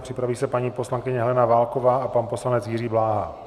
Připraví se paní poslankyně Helena Válková a pan poslanec Jiří Bláha.